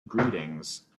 greetings